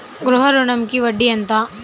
గృహ ఋణంకి వడ్డీ ఎంత?